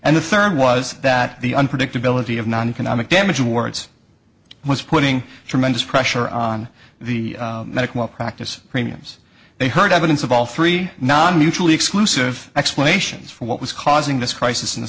and the third was that the unpredictability of not economic damage awards was putting tremendous pressure on the medical practice premiums they heard evidence of all three not mutually exclusive explanations for what was causing this crisis in the